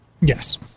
Yes